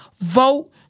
Vote